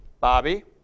Bobby